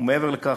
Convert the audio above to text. ומעבר לכך,